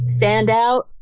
standout